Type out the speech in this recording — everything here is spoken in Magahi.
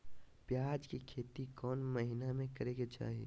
प्याज के खेती कौन महीना में करेके चाही?